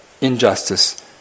injustice